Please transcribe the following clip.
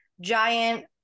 giant